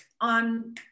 on